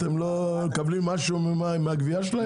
אתם לא מקבלים משהו מהגבייה שלהם?